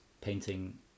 painting